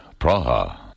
Praha